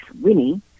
Winnie